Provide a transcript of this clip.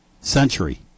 Century